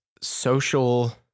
social